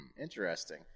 interesting